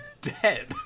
dead